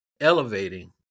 elevating